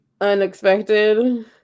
unexpected